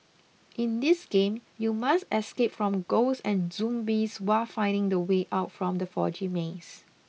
in this game you must escape from ghosts and zombies while finding the way out from the foggy maze